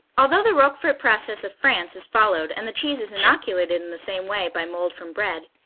although the roquefort process of france is followed and the cheese is inoculated in the same way by mold from bread,